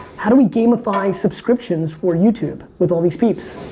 how do we gamify subscriptions for youtube with all these peeps?